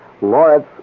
Lawrence